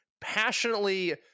passionately